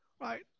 right